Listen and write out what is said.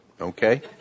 Okay